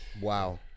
wow